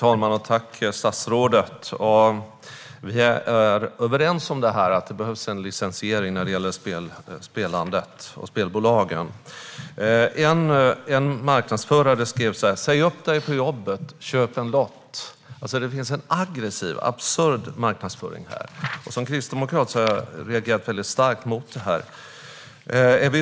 Herr talman! Vi är överens om att det behövs en licensiering för spelandet och spelbolagen. En marknadsförare skrev: Säg upp dig på jobbet. Köp en lott! Det finns en aggressiv och absurd marknadsföring. Som kristdemokrat reagerar jag starkt.